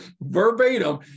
verbatim